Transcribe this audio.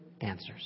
answers